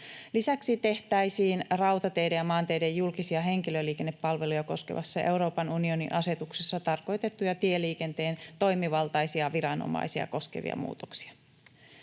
Lisäksi tehtäisiin rautateiden ja maanteiden julkisia henkilöliikennepalveluja koskevassa Euroopan unionin asetuksessa tarkoitettuja tieliikenteen toimivaltaisia viranomaisia koskevia muutoksia.